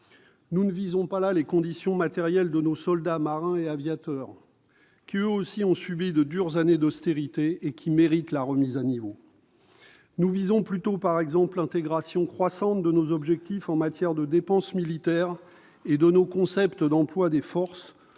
Nous ne visons pas là les conditions matérielles de nos soldats, marins et aviateurs, qui, eux aussi, ont subi de dures années d'austérité et méritent cette remise à niveau. Nous visons, par exemple, l'intégration croissante dans les stratégies de l'OTAN de nos objectifs en matière de dépenses militaires et de nos concepts d'emploi des forces,